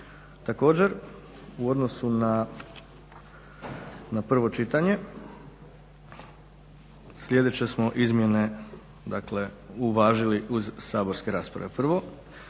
Također u odnosu na prvo čitanje, sljedeće smo izmjene uvažili uz saborske rasprave.